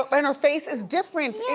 ah and her face is different, yeah